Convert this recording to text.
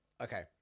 Okay